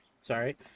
sorry